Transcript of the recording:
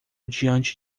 diante